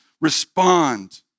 respond